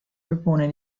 propone